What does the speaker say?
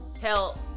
tell